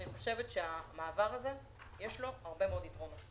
אני חושבת שלמעבר הזה יש הרבה מאוד יתרונות,